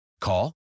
Call